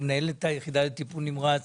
הוא מנהל את היחידה לטיפול נמרץ